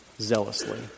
zealously